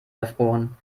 erfroren